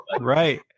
right